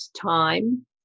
time